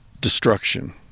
destruction